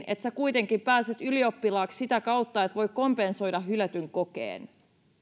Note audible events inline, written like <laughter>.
<unintelligible> että kuitenkin pääset ylioppilaaksi sitä kautta että voi kompensoida hylätyn kokeen